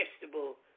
vegetable